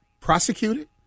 prosecuted